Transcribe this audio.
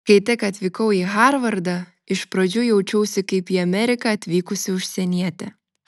kai tik atvykau į harvardą iš pradžių jaučiausi kaip į ameriką atvykusi užsienietė